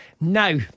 Now